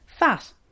Fat